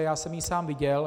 Já jsem ji sám viděl.